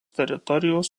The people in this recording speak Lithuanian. teritorijos